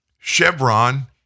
Chevron